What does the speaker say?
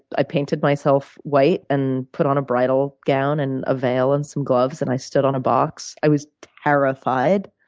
i painted myself white and put on a bridal gown and a veil and some gloves, and i stood on a box. i was terrified.